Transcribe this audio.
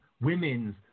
Women's